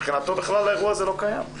מבחינתו האירוע הזה בכלל לא קיים.